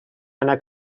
anar